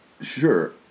Sure